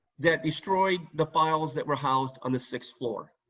that destroyed the files that were housed on the sixth floor.